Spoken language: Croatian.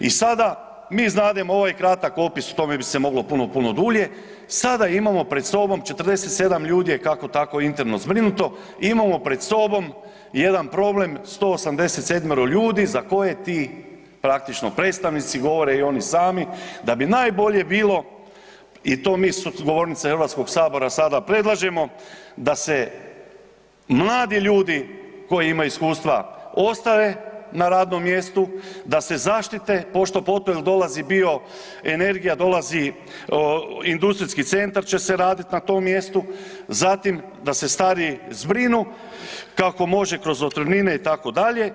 I sada mi znademo ovaj kratak opis, o tome bi se moglo puno, puno dulje, sada imamo pred sobom, 47 ljudi je kako tako interno zbrinuto, imamo pred sobom jedan problem, 187 ljudi za koje ti praktično predstavnici govore i oni sami da bi najbolje bilo, i to mi s govornice Hrvatskoga sabora sada predlažemo, da se mladi ljudi, koji imaju iskustva ostave na radnom mjestu, da se zaštite, pošto poto jer dolazi bioenergija, dolazi industrijski centar će se raditi na tom mjestu, zatim da se stariji zbrinu, kako može kroz otpremnine, itd.